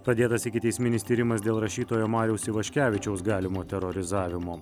pradėtas ikiteisminis tyrimas dėl rašytojo mariaus ivaškevičiaus galimo terorizavimo